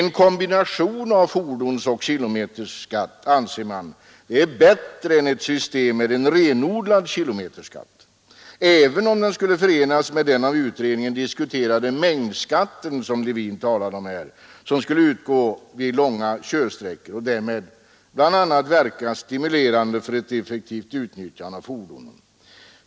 En kombination av fordonsoch kilometerskatt är — anser man — bättre än ett system med en renodlad kilometerskatt, även om den skulle förenas med den av utredningen diskuterade mängdrabatten, som herr Levin här talade om, som skulle utgå vid långa körsträckor och därmed bl.a. verka stimulerande för ett effektivt utnyttjande av fordonen.